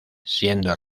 siendo